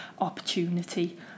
opportunity